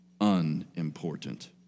unimportant